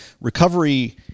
recovery